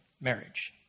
marriage